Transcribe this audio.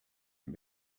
and